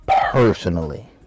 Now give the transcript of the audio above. personally